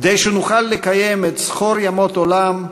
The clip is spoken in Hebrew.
כדי שנוכל לקיים את "זכֹר ימות עולם,